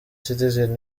citizen